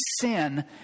sin